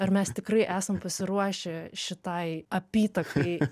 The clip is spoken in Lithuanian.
ar mes tikrai esam pasiruošę šitai apytakai